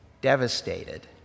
devastated